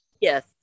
Yes